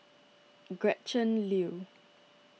Gretchen Liu